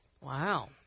Wow